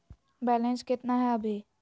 Balance केतना हय अभी?